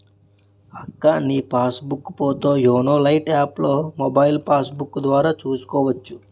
అక్కా నీ passbook పోతో యోనో లైట్ యాప్లో మొబైల్ పాస్బుక్కు ద్వారా చూసుకోవచ్చు